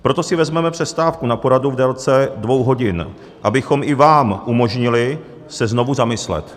Proto si vezmeme přestávku na poradu v délce dvou hodin, abychom i vám umožnili se znovu zamyslet.